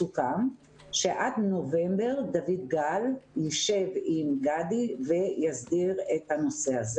סוכם שעד נובמבר דוד גל יישב עם גדי ויסדיר את הנושא הזה.